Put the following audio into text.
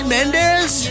Mendes